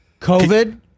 COVID